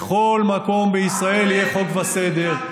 בכל מקום בישראל יהיה חוק וסדר,